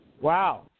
Wow